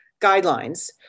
guidelines